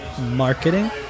Marketing